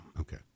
Okay